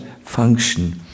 function